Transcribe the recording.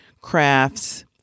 crafts